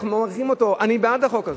אנחנו מעריכים אותו: אני בעד החוק הזה.